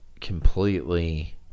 completely